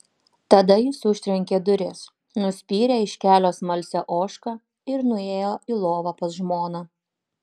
tada jis užtrenkė duris nuspyrė iš kelio smalsią ožką ir nuėjo į lovą pas žmoną